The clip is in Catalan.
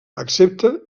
accepta